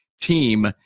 team